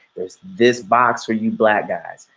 there's this box for you black guys,